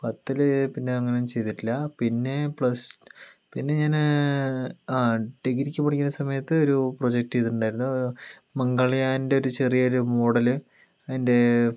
പത്തില് പിന്നെ അങ്ങനൊന്നും ചെയ്തിട്ടില്ല പിന്നെ പ്ലസ് പിന്നെ ഞാന് ആ ഡിഗ്രിക്ക് പഠിക്കുന്ന സമയത്ത് ഒരു പ്രൊജക്ട് ചെയ്തിട്ടുണ്ടായിരുന്നു മംഗൾയാൻ്റെരു ചെറിയൊരു മോഡല് അതിൻ്റെ